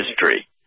history